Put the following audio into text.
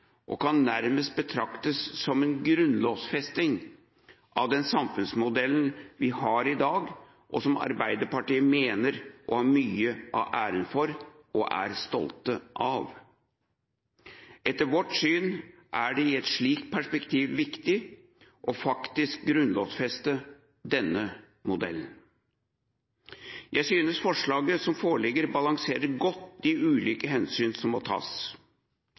og kan nærmest betraktes som en grunnlovfesting av den samfunnsmodellen vi har i dag, og som Arbeiderpartiet mener å ha mye av æren for og er stolt av. Etter vårt syn er det i et slikt perspektiv viktig faktisk å grunnlovfeste denne modellen. Jeg synes forslaget som foreligger, balanserer godt de ulike hensyn som må tas.